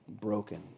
broken